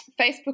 Facebook